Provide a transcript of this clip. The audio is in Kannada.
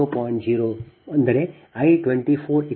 0